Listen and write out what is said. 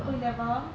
oh you never